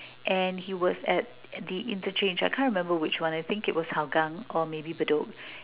and he was at at the interchange I can't remember which one I think it was Hougang or maybe Bedok